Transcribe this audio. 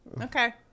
Okay